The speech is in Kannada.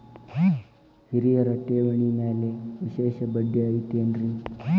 ಹಿರಿಯರ ಠೇವಣಿ ಮ್ಯಾಲೆ ವಿಶೇಷ ಬಡ್ಡಿ ಐತೇನ್ರಿ?